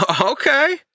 Okay